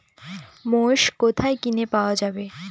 মোষ কোথায় কিনে পাওয়া যাবে?